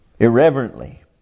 Irreverently